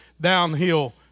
downhill